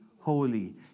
holy